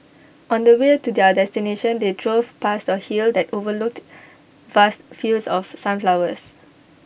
on the way to their destination they drove past A hill that overlooked vast fields of sunflowers